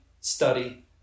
study